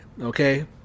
okay